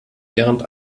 während